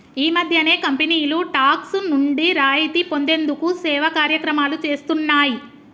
ఈ మధ్యనే కంపెనీలు టాక్స్ నుండి రాయితీ పొందేందుకు సేవా కార్యక్రమాలు చేస్తున్నాయి